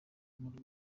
umurwi